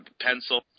pencil